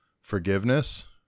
forgiveness